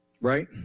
right